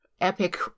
epic